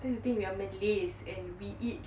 then you think we are malays is in we eat